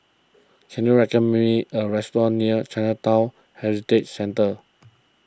can you recommend me a restaurant near Chinatown Heritage Centre